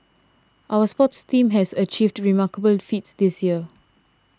our sports teams has achieved remarkable feats this year